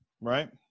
right